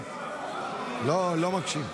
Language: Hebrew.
יוני, לא מקשיב.